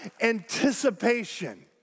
anticipation